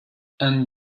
and